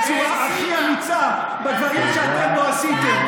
בצורה הכי אמיצה בדברים שאתם לא עשיתם.